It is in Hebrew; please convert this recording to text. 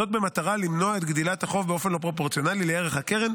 זאת במטרה למנוע את גדילת החוב באופן לא פרופורציונלי לערך הקרן,